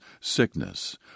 sickness